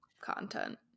content